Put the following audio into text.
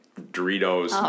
Doritos